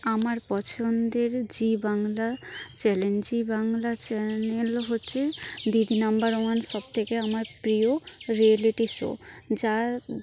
আমার পছন্দের Zee Bangla challenge Zee Bangla channel হচ্ছে দিদি নাম্বার ওয়ান সব থেকে আমার প্রিয় রিয়েলিটি শো যা